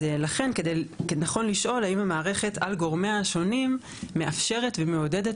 לכן נכון לשאול האם המערכת על גורמיה השונים מאפשרת ומעודדת